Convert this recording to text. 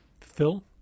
Phil